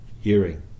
hearing